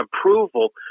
approval